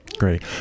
Great